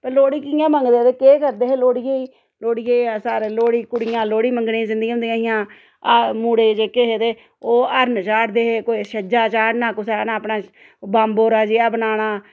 कि लोह्ड़ी कियां मंगदे हे ते केह् करदे हे लोह्ड़ियै गी लोह्ड़ियें सारे लोह्ड़ी कुड़ियां लोह्ड़ी मंगने गी जंदियां होंदियां ही आ मुड़े जेह्के हे ते ओह् हरन चाढ़दे हे कोई छज्जा चाढ़ना कुसै अपना बंबोरा जेहा बनाना